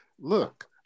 look